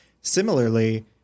Similarly